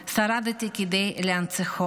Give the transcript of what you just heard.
שרדתי כדי להנציחו,